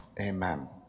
Amen